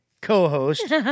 co-host